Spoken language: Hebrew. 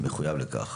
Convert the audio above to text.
מחויב לכך.